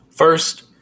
First